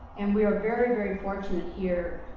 and we are very, very fortunate here.